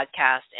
podcast